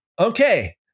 Okay